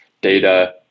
data